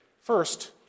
First